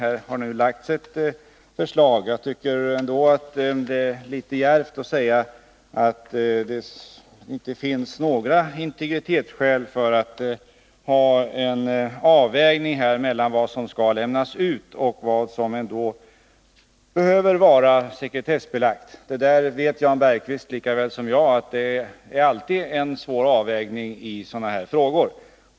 Det har nu lagts fram ett förslag, och jag tycker ändå att det är litet djärvt att säga att det inte finns några integritetsskäl som motiverar att man gör en avvägning mellan vad som skall lämnas ut och vad som behöver vara sekretessbelagt. Jan Bergqvist vet lika väl som jag att det alltid är en svår avvägning i sådana här frågor.